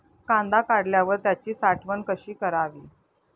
कांदा काढल्यावर त्याची साठवण कशी करावी?